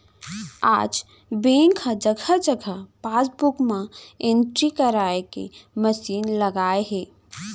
आज बेंक ह जघा जघा पासबूक म एंटरी कराए के मसीन लगाए हे